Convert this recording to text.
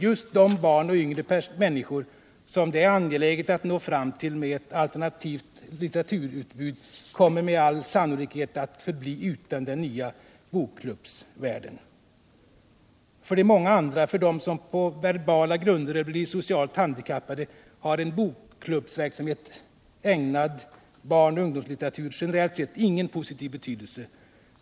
- Just de barn och yngre människor, som det är angeläget att nå fram till med ett alternativt litteraturutbud kommer med all sannolikhet att förbli utanför den nya bokklubbsvärlden. - För de många andra. för dem som på verbala grunder blir socialt handikappade, har en bokklubbsverksamhet ägnad barn och ungdomslitteratur generellt sett ingen positiv betydelse.